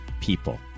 people